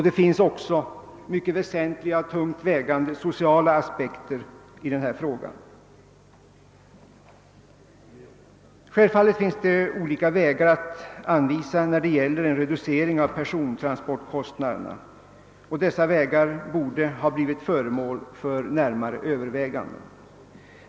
Det finns även tungt vägande sociala aspekter på denna fråga. Självfallet finns det olika vägar att anvisa när det gäller en reducering av persontransportkostnaderna, och dessa borde ha blivit föremål för närmare överväganden.